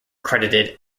credited